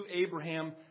Abraham